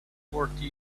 forty